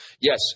yes